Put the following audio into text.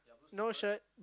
no shirt